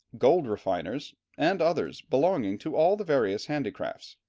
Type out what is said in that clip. gold-refiners, and others belonging to all the various handicrafts.